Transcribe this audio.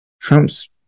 Trump's